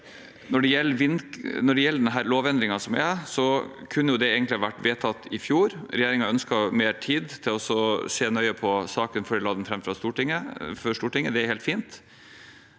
Når det gjelder denne lovendringen, kunne den egentlig ha vært vedtatt i fjor. Regjeringen ønsket mer tid til å se nøye på saken før de la den fram for Stortinget. Det er helt fint,